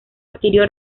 adquirió